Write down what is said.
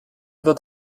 wird